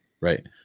Right